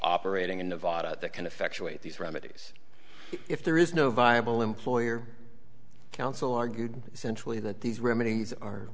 operating in nevada that can effectuate these remedies if there is no viable employer counsel argued essentially that these remedies